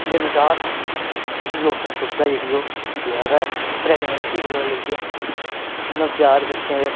दिन रात लोकें सुबधा जेह्ड़ी ओह् देआ दा ऐ प्रगनैंसी कोला लेइयै नवजात बच्चें दे